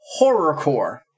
Horrorcore